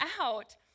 out